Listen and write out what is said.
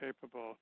capable